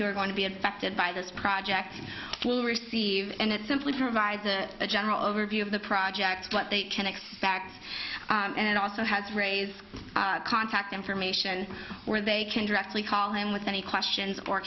are going to be affected by this project will receive and it simply provides a general overview of the project what they can expect and it also has raised contact information where they can directly call in with any questions or